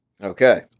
Okay